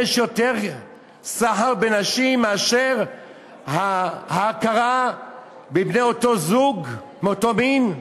יש יותר סחר בנשים מאשר ההכרה בבני-זוג מאותו מין?